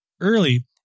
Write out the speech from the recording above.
early